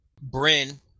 Bryn